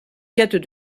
quêtes